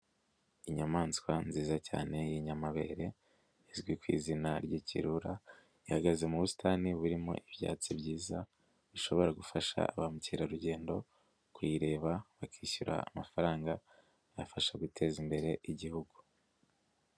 Inyamaswa nziza cyane y'inyamabere izwi ku izina ry'ikirura. Ihagaze mu busitani burimo ibyatsi byiza bishobora gufasha ba mukerarugendo kuyireba bakishyura amafaranga afasha guteza imbere igihugu.